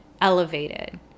elevated